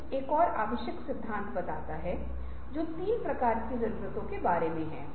तो जिसके साथ वे हिस्टोग्राम कर सकते हैं तब इन सभी उपकरणों से बात की जाती है